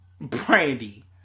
Brandy